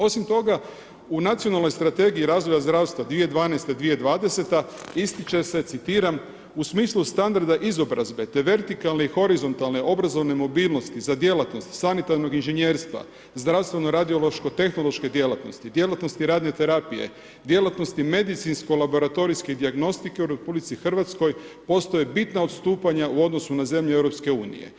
Osim toga, u Nacionalnoj strategiji razvoja zdravstva 2012., 2020. ističe se, citiram: „U smislu standarda izobrazbe te vertikalne i horizontalne obrazovne mobilnosti za djelatnosti sanitarnog inženjerstva, zdravstveno radiološko, tehnološke djelatnosti, djelatnosti radne terapije, djelatnosti medicinsko laboratorijske dijagnostike u RH postoje bitna odstupanja u odnosu na zemlje EU.